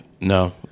No